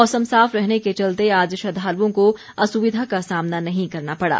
मौसम साफ रहने के चलते आज श्रद्धालुओं को असुविधा का सामना नहीं करना पड़ा